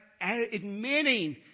admitting